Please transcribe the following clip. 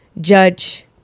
judge